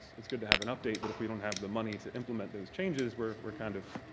it's good to have an update but if we don't have the money to implement those changes we're we're kind of